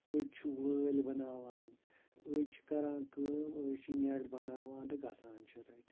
أڑۍ چھِ وٲلۍ بَناوان أڑۍ چھِ کَران کٲم أڑۍ چھِ نٮ۪ٹ بَناوان تہٕ گژھان چھِ رَٹہِ